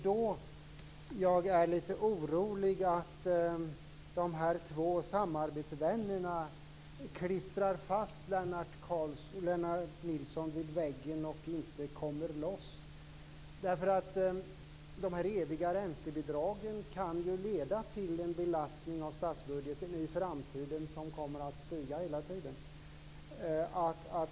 Men jag är lite orolig över att de här två samarbetsvännerna ska klistra fast Lennart Nilsson vid väggen, så att han inte kommer loss. Dessa eviga räntebidrag kan ju leda till en belastning av statsbudgeten i framtiden som kommer att stiga hela tiden.